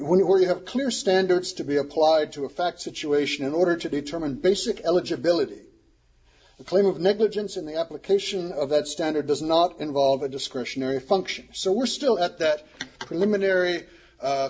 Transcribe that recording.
were you have clear standards to be applied to a fact situation in order to determine basic eligibility claim of negligence in the application of that standard does not involve a discretionary function so we're still at that